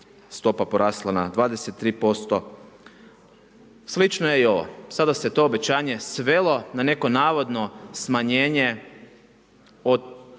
stopa porasla na 23%. Slična je i ova. Sada se to obećanje svelo na neko navodno smanjenje za